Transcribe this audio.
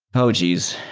oh geez!